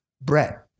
Brett